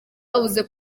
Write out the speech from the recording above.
bavuze